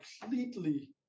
completely